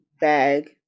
bag